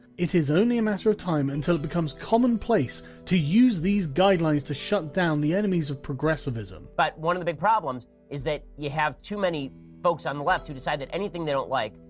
it is only a matter of time until it becomes common place to use these guidelines to shut down the enemies of progressivism. but one of the big problems is that you have too many folks on the left who decide that anything they don't like,